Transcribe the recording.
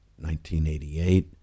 1988